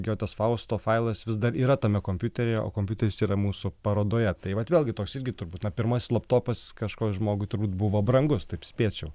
getės fausto failas vis dar yra tame kompiuteryje o kompiuteris yra mūsų parodoje tai vat vėlgi toks irgi turbūt na pirmasis laptopas kažkuo žmogui turbūt buvo brangus taip spėčiau